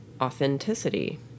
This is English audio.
authenticity